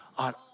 On